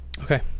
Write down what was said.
Okay